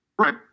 right